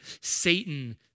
Satan